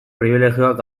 pribilegioak